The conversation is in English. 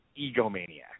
egomaniac